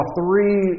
three